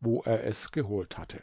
wo er es geholt hatte